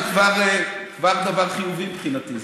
זה כבר דבר חיובי מבחינתי,